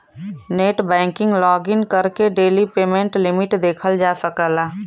net banking login करके daily payment limit देखल जा सकला